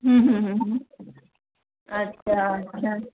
अच्छा अच्छा